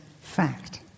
fact